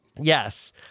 Yes